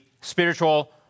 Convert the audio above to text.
spiritual